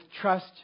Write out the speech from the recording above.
trust